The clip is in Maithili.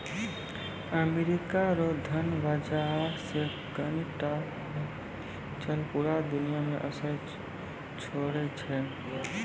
अमेरिका रो धन बाजार मे कनी टा हलचल पूरा दुनिया मे असर छोड़ै छै